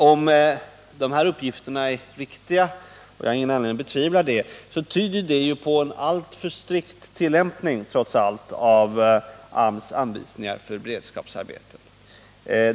Om dessa uppgifter är riktiga — och jag har ingen anledning att betvivla dem — tyder det på en alltför strikt tillämpning av AMS anvisningar för beredskapsarbete.